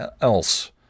else